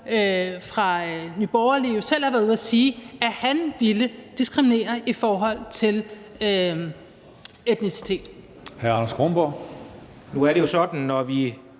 fra Nye Borgerlige selv har været ude at sige, at han ville diskriminere i forhold til etnicitet.